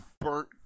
burnt